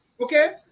okay